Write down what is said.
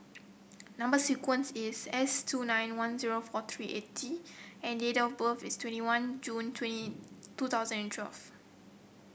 number sequence is S two nine one zero four three eight T and date of birth is twenty one June twenty two thousand and twelve